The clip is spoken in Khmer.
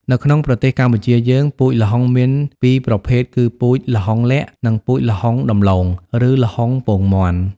នៅក្នុងប្រទេសកម្ពុជាយើង ពូជល្ហុងមានពីរប្រភេទគឺពូជល្ហុងលក្ខ័ និង ពូជល្ហុងដំឡូង ឬ ល្ហុងពងមាន់។